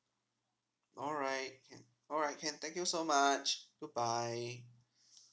alright can alright can thank you so much good bye